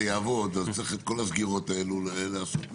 אז צריך את כל הסגירות האלה לעשות מראש.